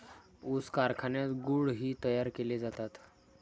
ऊस कारखान्यात गुळ ही तयार केले जातात